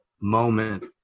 moment